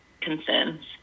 concerns